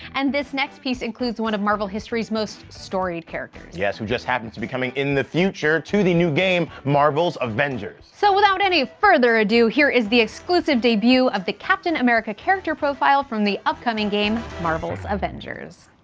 and this next piece includes one of marvel history's most storied characters. yes, who just happened to be coming in the future to the new game, marvel's avengers. so without any further ado, here is the exclusive debut of the captain america character profile from the upcoming game, marvel's avengers.